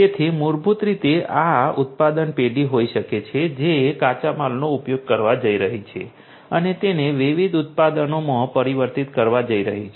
તેથી મૂળભૂત રીતે આ આ ઉત્પાદન પેઢી હોઈ શકે છે જે કાચા માલનો ઉપયોગ કરવા જઈ રહી છે અને તેને વિવિધ ઉત્પાદનોમાં પરિવર્તિત કરવા જઈ રહી છે